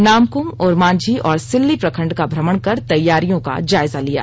नामकुम ओरमांझी और सिल्ली प्रखंड का भ्रमण कर तैयारियों का जायजा लिया